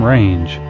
Range